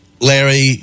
Larry